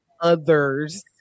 others